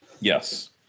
Yes